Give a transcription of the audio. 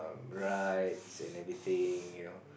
rights and everything you know